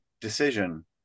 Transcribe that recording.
decision